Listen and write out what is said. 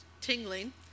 tingling